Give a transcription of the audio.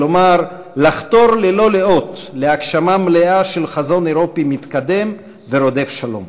כלומר לחתור ללא לאות להגשמה מלאה של חזון אירופי מתקדם ורודף שלום.